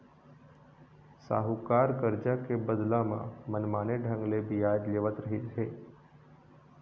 साहूकार करजा के बदला म मनमाने ढंग ले बियाज लेवत रहिस हे